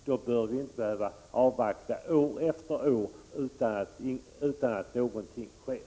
Då bör vi inte år efter år behöva avvakta utan att någonting sker.